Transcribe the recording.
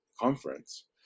conference